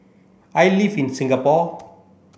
I live in Singapore